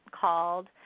called